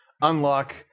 unlock